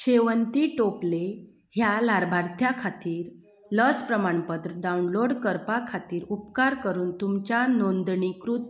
शेवन्ती टोपले ह्या लाभार्थ्या खातीर लस प्रमाणपत्र डावनलोड करपा खातीर उपकार करून तुमच्या नोंदणीकृत